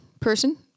person